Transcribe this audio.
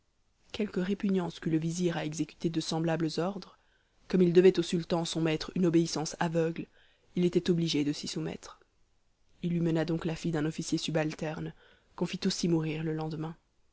quelque répugnance qu'eût le vizir à exécuter de semblables ordres comme il devait au sultan son maître une obéissance aveugle il était obligé de s'y soumettre il lui mena donc la fille d'un officier subalterne qu'on fit aussi mourir le lendemain